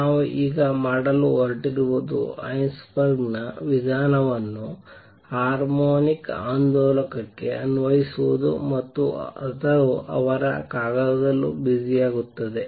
ನಾವು ಈಗ ಮಾಡಲು ಹೊರಟಿರುವುದು ಹೈಸೆನ್ಬರ್ಗ್ ನ ವಿಧಾನವನ್ನು ಹಾರ್ಮೋನಿಕ್ ಆಂದೋಲಕಕ್ಕೆ ಅನ್ವಯಿಸುವುದು ಮತ್ತು ಅದು ಅವರ ಕಾಗದದಲ್ಲೂ ಬಿಸಿಯಾಗುತ್ತದೆ